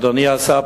אדוני השר,